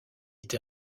été